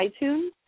iTunes